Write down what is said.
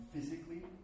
physically